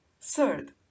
Third